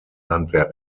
landwehr